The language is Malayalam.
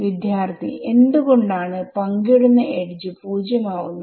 വിദ്യാർത്ഥി എന്ത്കൊണ്ടാണ് പങ്കിടുന്ന എഡ്ജ് 0 ആവുന്നത്